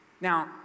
Now